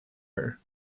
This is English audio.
her